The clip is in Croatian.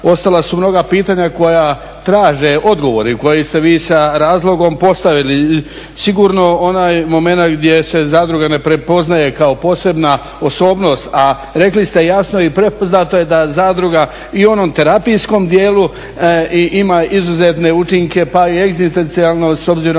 ostala su mnoga pitanja koja traže odgovor i koje ste vi sa razlogom postavili. Sigurno onaj momenat gdje se zadruge ne prepoznaje kao posebna osobnost a rekli ste jasno i prepoznato je da zadruga i u onom terapijskom dijelu i ima izuzetne učinke pa i egzistencijalno s obzirom